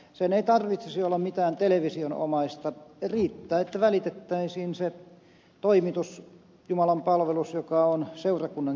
sen ei tarvitsisi olla mitään televisionomaista riittää että välitettäisiin se toimitus jumalanpalvelus joka on seurakunnan kirkossa